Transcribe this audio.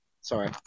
sorry